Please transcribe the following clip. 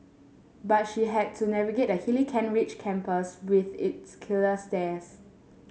but she had to navigate the hilly Kent Ridge campus with its killer stairs